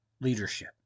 leadership